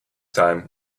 time